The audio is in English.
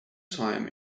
time